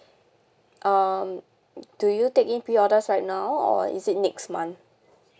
um do you take in pre-orders right now or is it next month